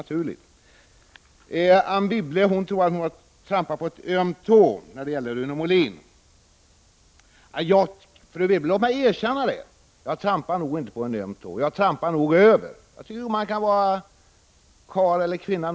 Anne Wibble tror att hon trampade på en öm tå när hon talade om Rune Molin. Låt mig erkänna att jag för min del nog trampade över.